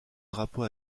drapeau